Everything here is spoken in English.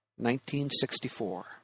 1964